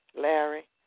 Larry